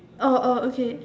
oh oh okay